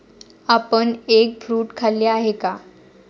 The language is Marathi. आपण एग फ्रूट खाल्ले आहे का?